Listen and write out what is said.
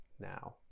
now